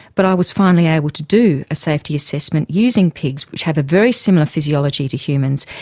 but i was finally able to do a safety assessment using pigs, which have a very similar physiology to humans,